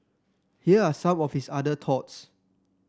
here are some of his other thoughts